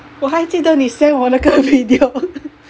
我还记得你 send 我那个 video